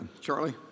Charlie